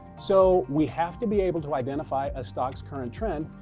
so we have to be able to identify a stock's current trend,